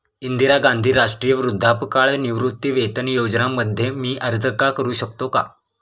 इंदिरा गांधी राष्ट्रीय वृद्धापकाळ निवृत्तीवेतन योजना मध्ये मी अर्ज का करू शकतो का?